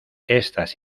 estas